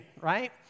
right